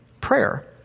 prayer